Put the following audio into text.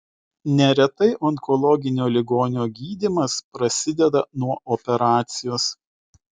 neretai onkologinio ligonio gydymas prasideda nuo operacijos